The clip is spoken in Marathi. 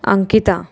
अंकिता